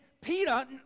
Peter